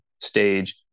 stage